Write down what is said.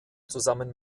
zusammen